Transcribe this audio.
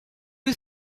you